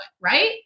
right